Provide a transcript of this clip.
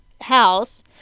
house